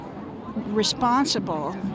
responsible